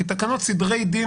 כי בתקנות סדרי דין